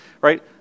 right